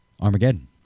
Armageddon